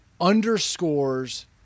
underscores